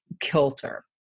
kilter